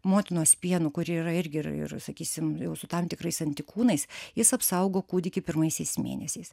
motinos pienu kur yra irgi ir ir sakysim su tam tikrais antikūnais jis apsaugo kūdikį pirmaisiais mėnesiais